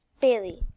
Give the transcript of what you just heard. Bailey